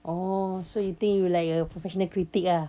oh so you think you like a professional critic ah